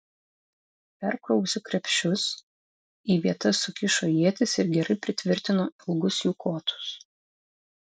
perkrovusi krepšius į vietas sukišo ietis ir gerai pritvirtino ilgus jų kotus